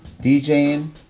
DJing